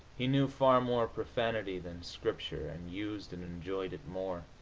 he knew far more profanity than scripture, and used and enjoyed it more.